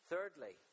Thirdly